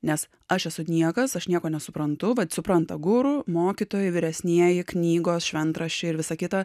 nes aš esu niekas aš nieko nesuprantu bet supranta guru mokytojai vyresnieji knygos šventraščiai ir visa kita